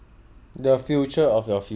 the future of my future